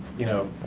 you know,